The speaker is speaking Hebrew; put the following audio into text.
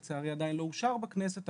לצערי עדיין לא אושר בכנסת,